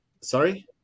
Sorry